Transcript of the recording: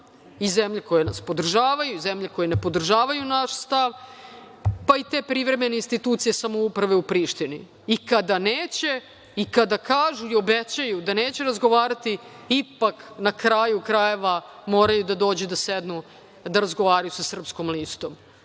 i zemlje koje nas podržavaju, i zemlje koje ne podržavaju naš stav, pa i te privremene institucije samouprave u Prištini. Kada neće i kada kažu i obećaju da neće razgovarati, ipak na kraju krajeva moraju da dođu, da sednu i razgovaraju sa Srpskom